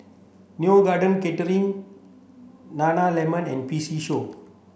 Neo Garden Catering Nana Lemon and P C Show